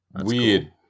Weird